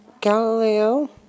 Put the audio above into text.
Galileo